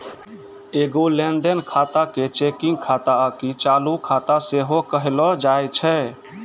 एगो लेन देन खाता के चेकिंग खाता आकि चालू खाता सेहो कहलो जाय छै